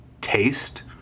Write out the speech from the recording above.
taste